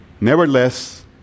Nevertheless